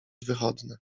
wychodne